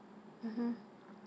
mmhmm